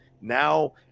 now